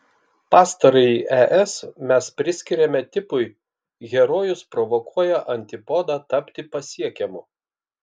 pastarąjį es mes priskiriame tipui herojus provokuoja antipodą tapti pasiekiamu